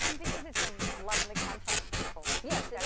um because it's a lovely contact with people. yes, yeah